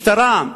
משטרה,